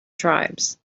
tribes